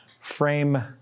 frame